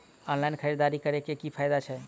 Online खरीददारी करै केँ की फायदा छै?